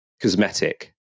cosmetic